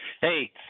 Hey